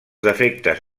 defectes